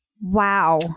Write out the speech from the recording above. Wow